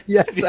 Yes